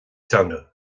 teanga